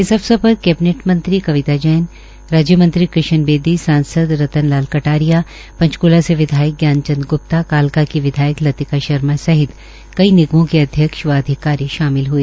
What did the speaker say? इस अवसर पर कैबिनेट मंत्री कविता जैन राज्यमंत्री कृष्ण बेदी सांसद रतन लाल कटारिया पंचकृला से विधायक ज्ञान चंद ग्प्ता कालका की विधायक लतिका शर्मा सहित कई निगमों के अध्यक्ष व अधिकारी शामिल हए